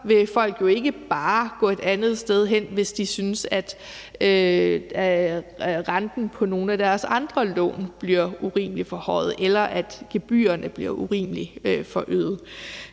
vil folk jo ikke bare gå et andet sted hen, hvis de synes, at renten på nogle af deres andre lån bliver urimelig forhøjet, eller at gebyrerne bliver urimelig forøget.